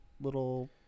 little